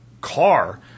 car